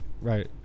right